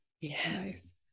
Yes